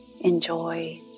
enjoy